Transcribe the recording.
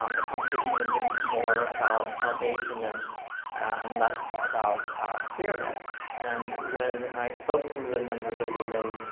um the conversation would've been more about south asianness and less about queerness, and when i spoke with a number of the women,